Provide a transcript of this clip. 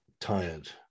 tired